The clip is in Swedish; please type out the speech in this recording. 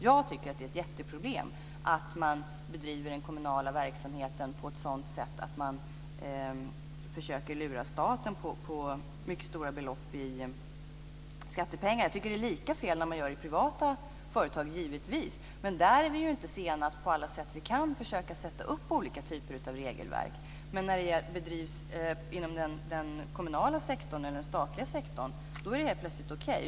Jag tycker att det är ett jätteproblem att man bedriver den kommunala verksamheten på ett sådant sätt att man försöker lura staten på mycket stora belopp i skattepengar. Jag tycker givetvis att det är lika fel när man gör det i privata företag, men där är vi inte sena att på alla sätt vi kan försöka sätta upp olika typer av regelverk. Men när det sker inom den kommunala eller statliga sektorn är det helt plötsligt okej.